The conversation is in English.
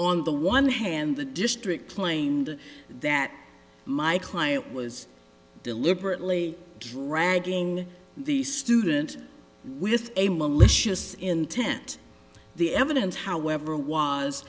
on the one hand the district claimed that my client was deliberately dragging the student with a malicious intent the evident however was